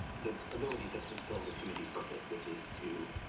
the ability to fulfill the committee purpose which is two,